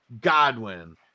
Godwin